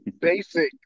basic